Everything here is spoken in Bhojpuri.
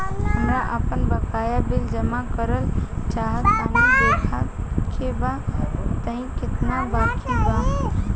हमरा आपन बाकया बिल जमा करल चाह तनि देखऽ के बा ताई केतना बाकि बा?